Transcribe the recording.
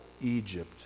Egypt